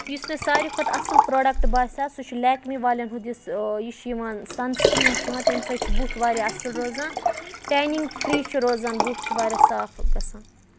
یُس مےٚ ساروی کھۄتہٕ اَصٕل پروڈَکٹ باسیٛو سُہ چھُ لیکمی والٮ۪ن ہُنٛد یُس یہِ چھُ یِوان سَنسکریٖن چھُ یِوان تَمہِ سۭتۍ چھُ بُتھ واریاہ اَصٕل روزان ٹینِنٛگ فری چھُ روزان بُتھ چھُ واریاہ صاف گژھان